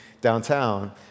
downtown